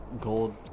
gold